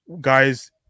guys